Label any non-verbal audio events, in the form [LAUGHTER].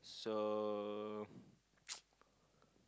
so [NOISE]